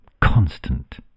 constant